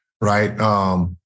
Right